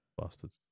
bastards